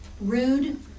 rude